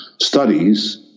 studies